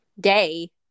day